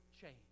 change